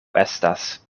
estas